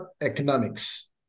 economics